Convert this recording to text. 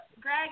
Greg